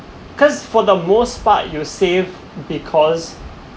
cause for the most part you'll save because